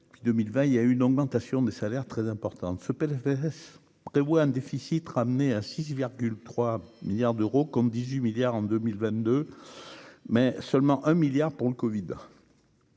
puis 2020, il y a une augmentation des salaires très important de ce Plfss, prévoit un déficit ramené à 6,3 milliards d'euros comme 18 milliards en 2022, mais seulement 1 milliard pour le Covid,